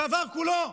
שעבר כולו,